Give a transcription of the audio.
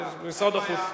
אין בעיה.